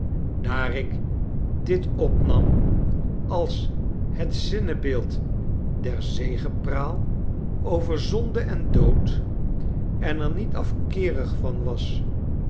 daar ik dit opnam als het zinnebeeld der zegepraal over zonde en dood en er niet afkeerig van was